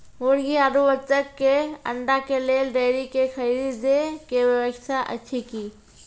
मुर्गी आरु बत्तक के अंडा के लेल डेयरी के खरीदे के व्यवस्था अछि कि?